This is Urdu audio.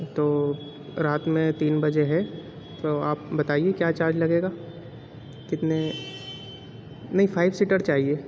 تو رات میں تین بجے ہے تو آپ بتائیے کیا چارج لگے گا کتنے نہیں فائیو سیٹر چاہیے